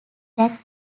that